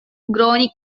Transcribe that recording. groningen